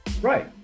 Right